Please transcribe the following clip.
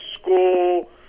school